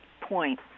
point